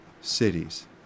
cities